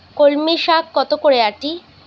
কলমি শাখ কত করে আঁটি?